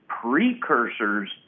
precursors